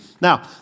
Now